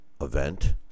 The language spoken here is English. event